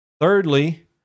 Thirdly